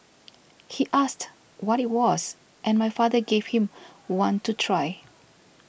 he asked what it was and my father gave him one to try